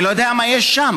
אני לא יודע מה יש שם.